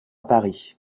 paris